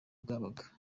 bwabaga